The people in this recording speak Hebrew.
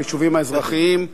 ביישובים האזרחיים,